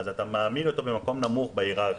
אתה מעמיד אותו במקום נמוך בהיררכיה.